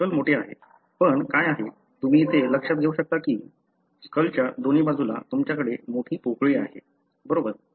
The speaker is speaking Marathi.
स्कल मोठे आहे पण काय आहे तुम्ही इथे लक्षात घेऊ शकता की स्कलच्या दोन्ही बाजूला तुमच्याकडे मोठी पोकळी आहे बरोबर